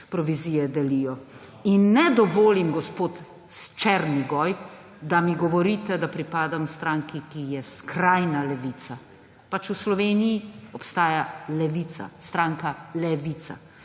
provizije delijo. In ne dovolim, gospod Černigoj, da mi govorite, da pripadam stranki, ki je skrajna levica. Pač v Sloveniji obstaja Levica, stranka Levica.